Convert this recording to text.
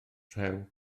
rhew